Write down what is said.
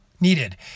needed